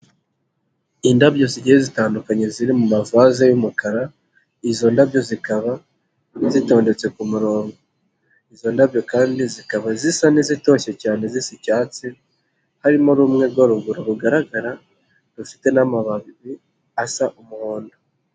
lndabyo zigiye zitandukanye ziri mu mavase y'umukara, izo ndabyo zikaba zitondetse ku murongo. Izo ndabyo kandi zikaba zisa n'izitoshye cyane zisa icyatsi ,harimo rumwe rwo ruguru rugaragara, rufite n'amababi asa umuhondo.